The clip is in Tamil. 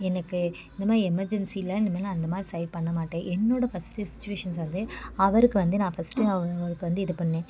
எனக்கு இந்தமாதிரி எமர்ஜென்சி இல்லை இனிமேல் நான் இந்தமாதிரி செயல் பண்ண மாட்டேன் என்னோடய ஃபஸ்ட்டு சுச்சுவேஷன் சார் அது அவருக்கு வந்து நான் ஃபஸ்ட்டு அவங்களுக்கு வந்து இது பண்ணேன்